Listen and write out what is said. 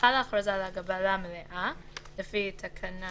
"(ב1)(1)חלה הכרזה על הגבלה מלאה לפי תקנה